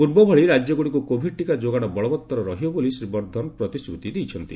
ପୂର୍ବଭଳି ରାଜ୍ୟଗୁଡ଼ିକୁ କୋଭିଡ୍ ଟିକା ଯୋଗାଣ ବଳବତ୍ତର ରହିବ ବୋଲି ଶ୍ରୀ ବର୍ଦ୍ଧନ ପ୍ରତିଶ୍ରତି ଦେଇଛନ୍ତି